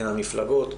המפלגות,